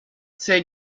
ses